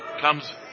Comes